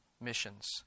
missions